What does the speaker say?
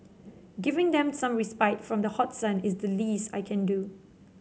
giving them some respite from the hot sun is the least I can do